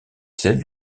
celle